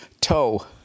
toe